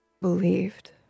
believed